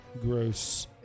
gross